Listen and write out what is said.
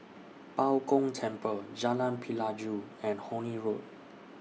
Bao Gong Temple Jalan Pelajau and Horne Road